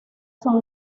son